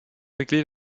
régler